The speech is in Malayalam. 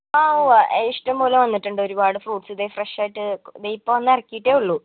ആ ഉവ്വ് ഇഷ്ടം പോലെ വന്നിട്ടുണ്ട് ഒരുപാട് ഫ്രൂട്ട്സ് ദേ ഫ്രഷ് ആയിട്ട് ദേ ഇപ്പം വന്ന് ഇറക്കിയിട്ടേ ഉള്ളു